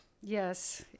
yes